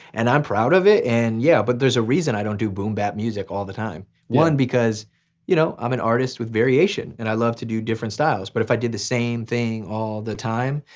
and i'm proud of it and yeah. but there's a reason i don't do boom bap music all the time. one because you know i'm an artist with variation, and i love to do different styles. but if i did the same thing all the time,